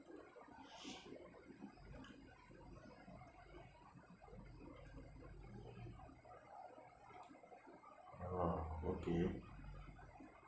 ah okay